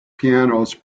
pianos